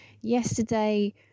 yesterday